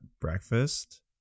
breakfast